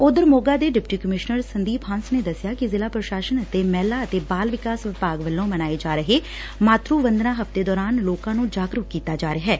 ਉਧਰ ਮੋਗਾ ਦੇ deputy commissioner Sandeep Hans ਨੇ ਦਸਿਆ ਕਿ ਜ਼ਿਲ੍ਹਾ ਪ੍ਰਸ਼ਾਸਨ ਅਤੇ ਮਹਿਲਾ ਅਤੇ ਬਾਲ ਵਿਕਾਸ ਵਿਭਾਗ ਵੱਲੋਂ ਮਨਾਏ ਜਾ ਰਹੇ ਮਾਤਰੂ ਵੰਦਨਾ ਹਫ਼ਤੇ ਦੌਰਾਨ ਲੋਕਾਂ ਨੂੰ ਜਾਗਰੂਕ ਕੀਤਾ ਜਾ ਰਿਹੈ